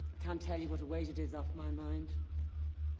can't tell you what a weight it is off my mind.